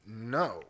no